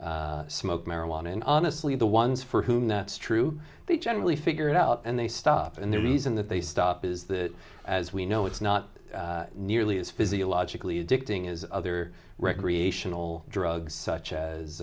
smoke marijuana and honestly the ones for whom that's true they generally figure it out and they stop and the reason that they stop is that as we know it's not nearly as physiologically addicting is other recreational drugs such as